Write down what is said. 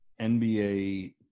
NBA